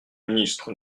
ministre